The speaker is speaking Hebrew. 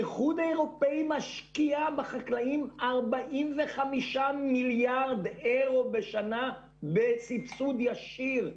האיחוד האירופאי משקיע בחקלאים 45 מיליארד אירו בסבסוד ישיר,